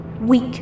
Weak